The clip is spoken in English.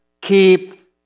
keep